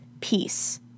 peace